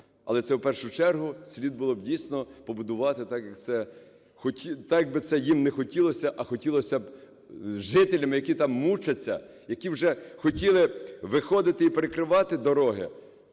Але це в першу чергу слід було б дійсно побудувати, так би це їм не хотілося, а хотілося б жителям, які там мучаться, які вже хотіли виходити і перекривати дороги.